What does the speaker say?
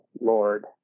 Lord